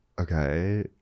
okay